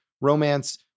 romance